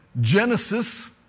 Genesis